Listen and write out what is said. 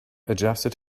adjusted